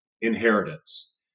Inheritance